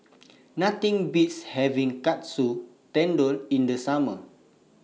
Nothing Beats having Katsu Tendon in The Summer